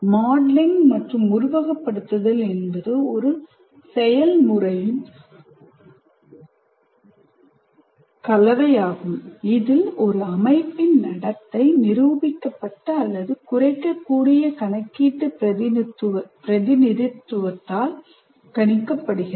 modelling மற்றும் உருவகப்படுத்துதல் என்பது ஒரு செயல்முறையின் கலவையாகும் இதில் ஒரு அமைப்பின் நடத்தை நிரூபிக்கப்படுகிறது அல்லது குறைக்கக்கூடிய கணக்கீட்டு பிரதிநிதித்துவத்தால் கணிக்கப்படுகிறது